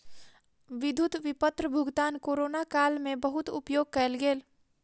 विद्युत विपत्र भुगतान कोरोना काल में बहुत उपयोग कयल गेल